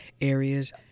areas